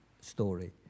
story